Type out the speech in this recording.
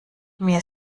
mir